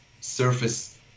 surface